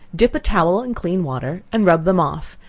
dip a towel in clean water and rub them off,